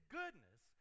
goodness